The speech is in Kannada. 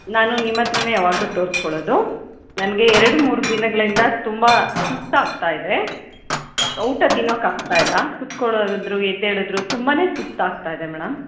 ನಾನು ನಿಮತ್ತಿರನೇ ಯಾವಾಗಲು ತೋರಿಸ್ಕೊಳ್ಳೋದು ನನಗೆ ಎರಡು ಮೂರು ದಿನಗಳಿಂದ ತುಂಬ ಸುಸ್ತಾಗ್ತಾಯಿದೆ ಊಟ ತಿನ್ನೋಕೆ ಆಗ್ತಾಯಿಲ್ಲ ಕುತ್ಕೊಳೋದು ಎದ್ದೇಳಿದ್ರು ತುಂಬಾ ಸುಸ್ತಾಗ್ತಾಯಿದೆ ಮೇಡಮ್